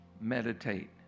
meditate